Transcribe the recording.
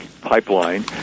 pipeline